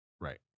Right